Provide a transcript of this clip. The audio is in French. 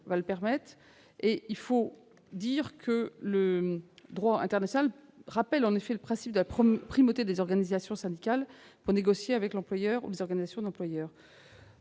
va le permettre. Le droit international rappelle le principe de la primauté des organisations syndicales pour négocier avec l'employeur ou les organisations d'employeurs.